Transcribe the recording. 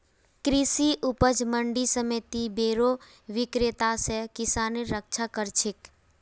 कृषि उपज मंडी समिति बोरो विक्रेता स किसानेर रक्षा कर छेक